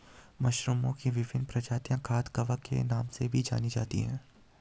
मशरूमओं की विभिन्न प्रजातियां खाद्य कवक के नाम से जानी जाती हैं